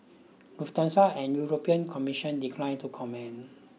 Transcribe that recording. Lufthansa and the European Commission declined to comment